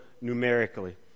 numerically